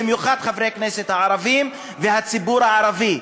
במיוחד חברי הכנסת הערבים והציבור הערבי.